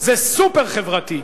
זה סופר-חברתי.